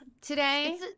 Today